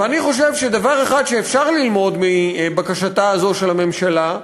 ואני חושב שדבר אחד צריך ללמוד מבקשתה זו של הממשלה,